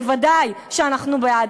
ודאי שאנחנו בעד,